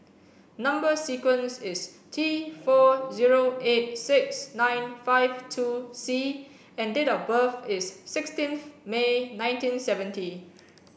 number sequence is T four zero eight six nine five two C and date of birth is sixteenth May nineteen seventy